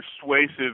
persuasive